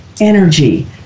energy